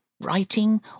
writing